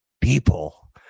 people